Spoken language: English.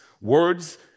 words